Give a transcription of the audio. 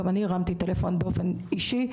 גם אני הרמתי טלפון באופן אישי,